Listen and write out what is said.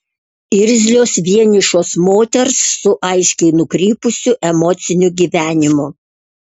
irzlios vienišos moters su aiškiai nukrypusiu emociniu gyvenimu